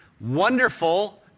wonderful